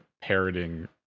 parroting